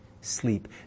sleep